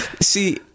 See